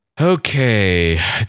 Okay